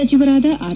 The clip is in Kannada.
ಸಚಿವರಾದ ಆರ್